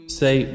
say